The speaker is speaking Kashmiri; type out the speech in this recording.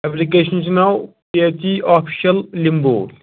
ایٚپلِکیشَن چھِ ناو پی ایچ اِی آفیشَل لِمبور